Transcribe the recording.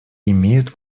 имеют